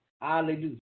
Hallelujah